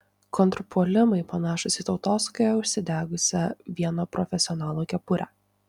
kontrpuolimai panašūs į tautosakoje užsidegusią vieno profesionalo kepurę